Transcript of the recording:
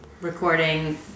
recording